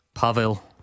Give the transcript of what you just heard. Pavel